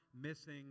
missing